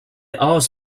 ars